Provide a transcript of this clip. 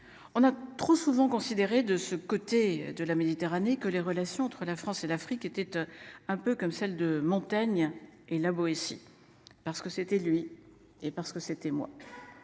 On a trop souvent considéré de ce côté de la Méditerranée que les relations entre la France et l'Afrique était. Un peu comme celle de Montaigne et La Boétie parce que c'était lui et parce que c'était moi.